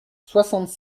soixante